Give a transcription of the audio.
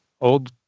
old